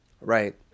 Right